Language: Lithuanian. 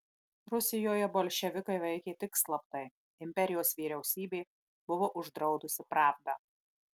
rusijoje bolševikai veikė tik slaptai imperijos vyriausybė buvo uždraudusi pravdą